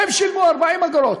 הם שילמו 40 אגורות.